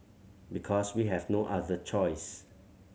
because we have no other choice